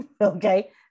okay